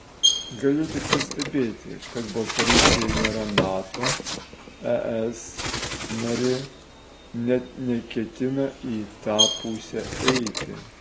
galiu tik pastebėti kad baltarusija nėra nato es narė net neketina į tą pusę eiti